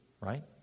right